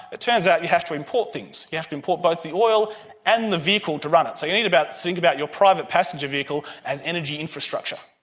it turns out you have to import things, you have to import both the oil and the vehicle to run it. so you need to think about your private passenger vehicle as energy infrastructure.